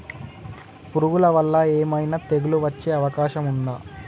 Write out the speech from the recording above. పురుగుల వల్ల ఏమైనా తెగులు వచ్చే అవకాశం ఉందా?